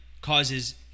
causes